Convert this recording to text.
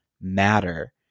matter